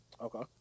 Okay